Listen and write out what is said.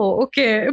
okay